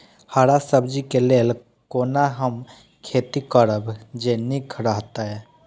हरा सब्जी के लेल कोना हम खेती करब जे नीक रहैत?